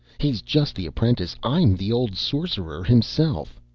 he's just the apprentice i'm the old sorcerer himself.